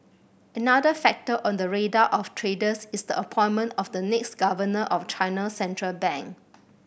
another factor on the radar of traders is the appointment of the next governor of China's central bank